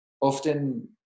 often